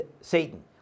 Satan